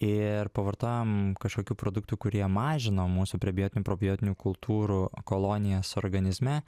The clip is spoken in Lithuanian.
ir pavartojom kažkokių produktų kurie mažino mūsų prebiotinių probiotinių kultūrų kolonijas organizme